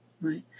Right